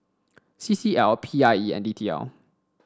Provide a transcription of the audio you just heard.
C C L P I E and D T L